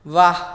व्वा